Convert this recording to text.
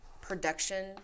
production